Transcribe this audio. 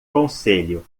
concelho